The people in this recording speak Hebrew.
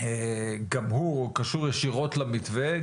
גם הוא קשור ישירות למתווה,